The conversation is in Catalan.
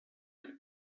que